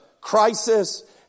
crisis